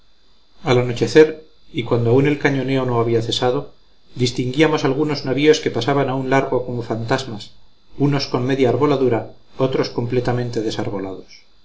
al anochecer y cuando aún el cañoneo no había cesado distinguíamos algunos navíos que pasaban a un largo como fantasmas unos con media arboladura otros completamente desarbolados